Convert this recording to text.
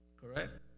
Correct